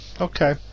okay